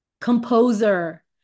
composer